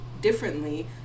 differently